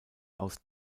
aus